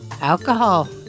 Alcohol